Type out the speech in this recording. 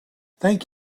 thank